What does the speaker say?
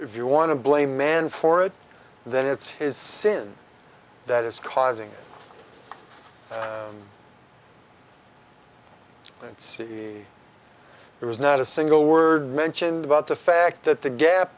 if you want to blame man for it then it's his sin that is causing it it's the there was not a single word mentioned about the fact that the gap